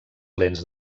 lents